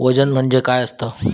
वजन म्हणजे काय असता?